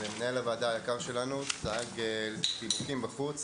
מנהל הוועדה היקר שלנו דאג לנו לסנדביצ'ים בחוץ.